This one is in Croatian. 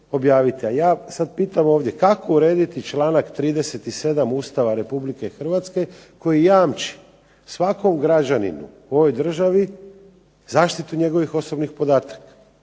A ja sad pitam ovdje kako urediti članak 37. Ustava Republike Hrvatske koji jamči svakom građaninu u ovoj državi zaštitu njegovih osobnih podataka.